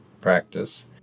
practice